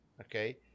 okay